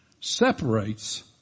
separates